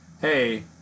hey